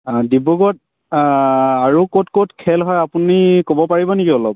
ডিব্ৰুগড়ত আৰু ক'ত ক'ত খেল হয় আপুনি ক'ব পাৰিব নেকি অলপ